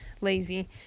lazy